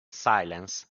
silence